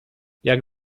jak